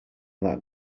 that